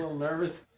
nervous?